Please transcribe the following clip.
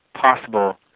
possible